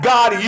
God